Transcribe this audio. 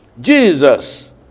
Jesus